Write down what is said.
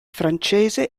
francese